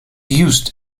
used